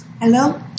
Hello